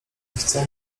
chce